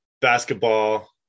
basketball